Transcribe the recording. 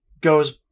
goes